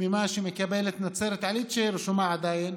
ממה שמקבלת נצרת עילית, שרשומה עדיין